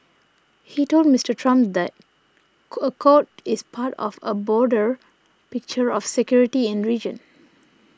he told Mister Trump the accord is part of a broader picture of security in region